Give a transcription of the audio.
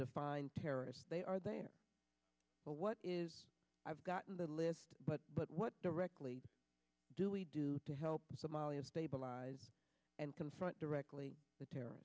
defined terrorist they are there what is i've gotten the list but what directly do we do to help somalia stabilize and confront directly the terror